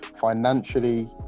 Financially